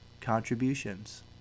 contributions